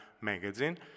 magazine